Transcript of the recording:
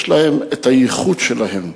יש להן הייחוד שלהן.